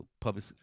public